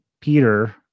peter